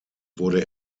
wurde